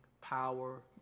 power